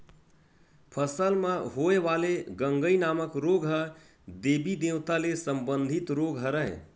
फसल म होय वाले गंगई नामक रोग ह देबी देवता ले संबंधित रोग हरय